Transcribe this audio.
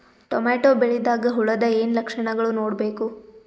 Tomato ಬೆಳಿದಾಗ್ ಹುಳದ ಏನ್ ಲಕ್ಷಣಗಳು ನೋಡ್ಬೇಕು?